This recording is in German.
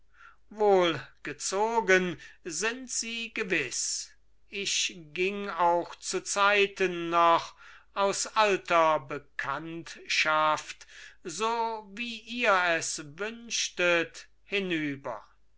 wohlgezogen sind sie gewiß ich ging auch zuzeiten noch aus alter bekanntschaft so wie ihr es wünschtet hinüber